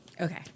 Okay